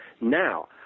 Now